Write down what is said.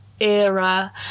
era